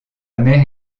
mère